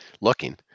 looking